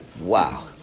wow